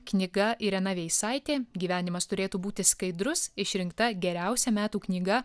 knyga irena veisaitė gyvenimas turėtų būti skaidrus išrinkta geriausia metų knyga